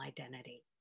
identity